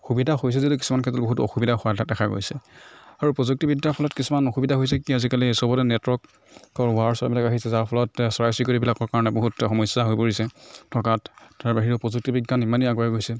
সুবিধা হৈছে যদিও কিছুমান ক্ষেত্ৰত বহুতো অসুবিধা হোৱা দেখা গৈছে আৰু প্ৰযুক্তিবিদ্যাৰ ফলত কিছুমান অসুবিধা হৈছে কি আজিকালি চবতে নেটৱৰ্কৰ ওৱাৰ চোৱাৰবিলাক আহিছে যাৰ ফলত চৰাই চিৰিকটিবিলাকৰ কাৰণে বহুত সমস্যা হৈ পৰিছে থকাত তাৰ বাহিৰেও প্ৰযুক্তিবিজ্ঞান ইমানেই আগুৱাই গৈছে